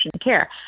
care